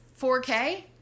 4K